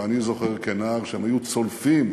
ואני זוכר כנער, שהם היו צולפים